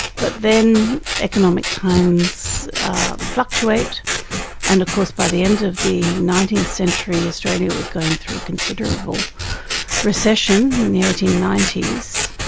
but then economic times fluctuate and of course by the end of the nineteenth century australia was going through considerable recession in the eighteen ninety s,